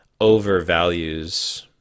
overvalues